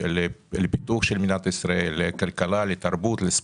לפיתוח של מדינת ישראל,